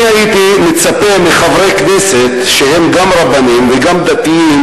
הייתי מצפה מחברי כנסת שהם גם רבנים וגם דתיים